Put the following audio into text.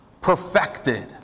Perfected